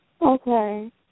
Okay